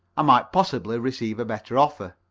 i might possibly receive a better offer.